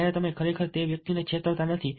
ત્યારે તમે ખરેખર તે વ્યક્તિને છેતરતા નથી